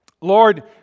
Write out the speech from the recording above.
Lord